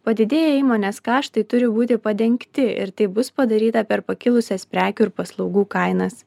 padidėję įmonės kaštai turi būti padengti ir tai bus padaryta per pakilusias prekių ir paslaugų kainas